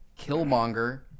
Killmonger